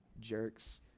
jerks